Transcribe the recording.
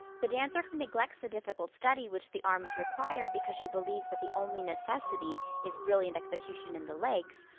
the dancer who neglects the difficult study which the arms require because she believes that the only necessity is brilliant execution in the legs,